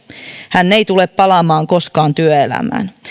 hän ei tule palaamaan koskaan työelämään